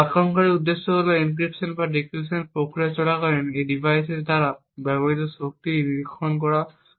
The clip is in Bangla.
আক্রমণকারীর উদ্দেশ্য হল এনক্রিপশন বা ডিক্রিপশন প্রক্রিয়া চলাকালীন এই ডিভাইসের দ্বারা ব্যবহৃত শক্তি নিরীক্ষণ করা হয়